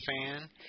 fan